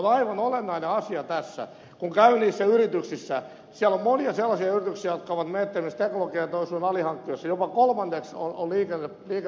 kun käyn niissä yrityksissä siellä on monia sellaisia yrityksiä jotka ovat menettämässä teknologiateollisuuden alihankkijoissa jopa kolmannekseen on liikevaihto pudonnut